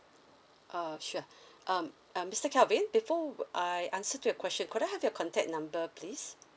uh sure um um mister calvin before I answer to your question could I have your contact number please